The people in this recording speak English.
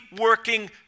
working